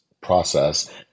process